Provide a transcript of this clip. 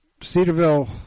Cedarville